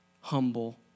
humble